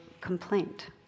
complaint